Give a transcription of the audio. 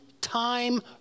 time